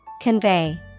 Convey